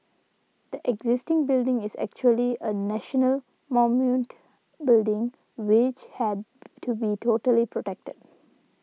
the existing building is actually a national building which had to be totally protected